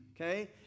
okay